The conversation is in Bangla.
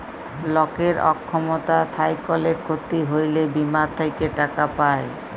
লকের অক্ষমতা থ্যাইকলে ক্ষতি হ্যইলে বীমা থ্যাইকে টাকা পায়